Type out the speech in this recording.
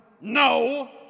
No